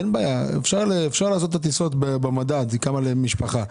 אין בעיה, אפשר לעשות את הטיסות במדד, כמה למשפחה.